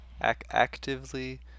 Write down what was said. Actively